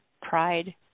pride